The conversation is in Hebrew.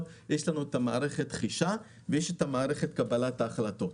יש לנו מערכת חישה ומערכת קבלת ההחלטות.